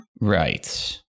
Right